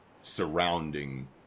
surrounding